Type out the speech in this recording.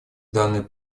данный